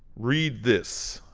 read this,